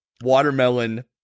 Watermelon